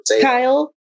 kyle